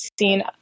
seen